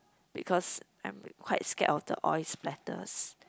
because I'm quite scared of the oil splatters